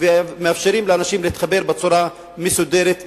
ומאפשרת לאנשים להתחבר בצורה מסודרת ותקינה,